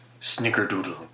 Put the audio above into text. Snickerdoodle